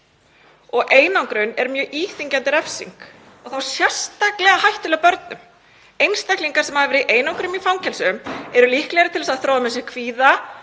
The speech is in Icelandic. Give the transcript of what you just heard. Einangrun er mjög íþyngjandi refsing og þá sérstaklega hættuleg börnum. Einstaklingar sem hafa verið í einangrun í fangelsum eru líklegri til þess að þróa með sér kvíða,